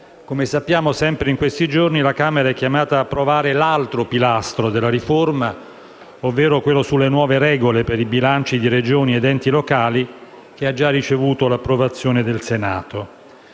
del 2012. Sempre in questi giorni la Camera è chiamata ad approvare l'altro pilastro della riforma, ovvero quello sulle nuove regole per i bilanci di regioni ed enti locali, che ha già ricevuto l'approvazione del Senato.